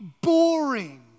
boring